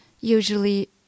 usually